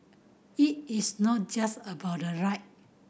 it is not just about the right